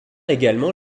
également